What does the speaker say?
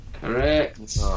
Correct